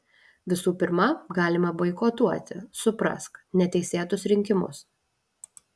visų pirma galima boikotuoti suprask neteisėtus rinkimus